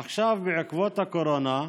עכשיו, בעקבות הקורונה,